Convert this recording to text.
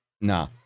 nah